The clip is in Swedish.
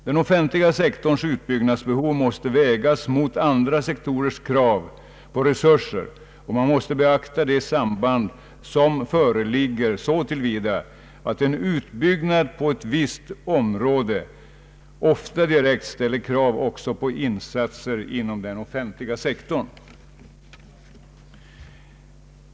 Den offentliga sektorns wutbyggnadsbehov måste vägas mot andra sektorers krav och resurser, och man måste beakta det samband som föreligger så till vida att en utbyggnad på ett visst område ofta direkt ställer krav också på insatser inom den offentliga sektorn.